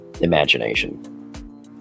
imagination